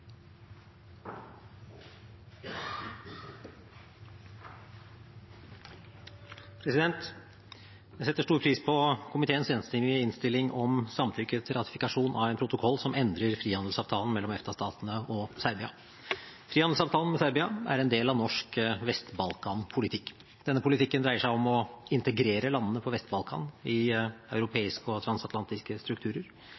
Jeg setter stor pris på komiteens enstemmige innstilling om samtykke til ratifikasjon av en protokoll som endrer frihandelsavtalen mellom EFTA-statene og Serbia. Frihandelsavtalen med Serbia er en del av norsk Vest-Balkan-politikk. Denne politikken dreier seg om å integrere landene på Vest-Balkan i